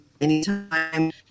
anytime